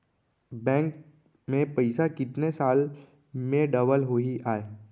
Bank में पइसा कितने साल में डबल होही आय?